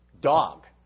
dog